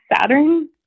Saturn